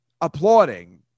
applauding